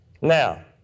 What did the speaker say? Now